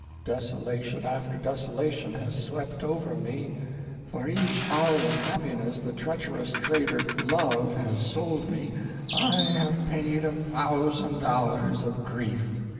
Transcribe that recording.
desolation after desolation has swept over me for each hour of happiness the treacherous trader, love, has sold me i have paid a thousand hours of grief.